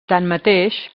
tanmateix